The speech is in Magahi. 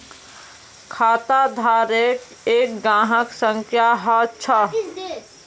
खाताधारकेर एक ग्राहक संख्या ह छ